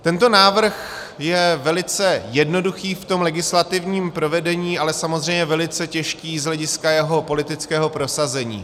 Tento návrh je velice jednoduchý v tom legislativním provedení, ale samozřejmě velice těžký z hlediska jeho politického prosazení.